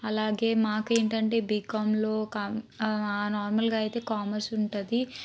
అలాగే మాకు ఏంటంటే బికామ్లో ఒక నార్మల్గా అయితే కామర్స్ ఉంటుంది